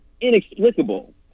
inexplicable